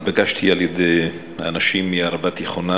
התבקשתי על-ידי האנשים מהערבה התיכונה,